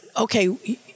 okay